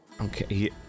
Okay